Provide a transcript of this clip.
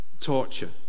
torture